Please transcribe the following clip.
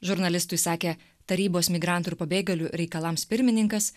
žurnalistui sakė tarybos migrantų ir pabėgėlių reikalams pirmininkas